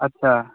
अच्छा